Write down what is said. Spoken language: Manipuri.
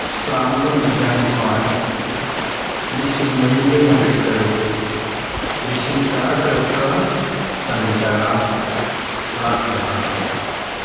ꯆꯥꯃꯒ ꯃꯩꯗ꯭ꯔꯥꯦꯅꯤꯄꯥꯟ ꯂꯤꯁꯤꯡ ꯃꯔꯤꯒ ꯌꯥꯡꯈꯩꯇꯔꯨꯛ ꯂꯤꯁꯤꯡ ꯇꯔꯥꯇꯔꯨꯛꯀ ꯆꯅꯤ ꯇꯔꯥ ꯂꯥꯛ ꯃꯉꯥ